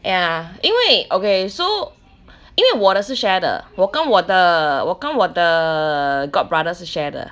ya 因为 okay so 因为我的是 share 的我跟我的我跟我的 god brother 是 share 的